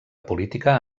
política